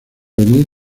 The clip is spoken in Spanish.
venir